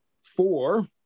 four